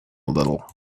little